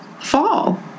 fall